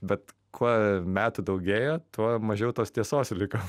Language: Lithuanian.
bet kuo metų daugėjo tuo mažiau tos tiesos liko